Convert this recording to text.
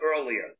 earlier